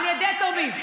על ידי תורמים.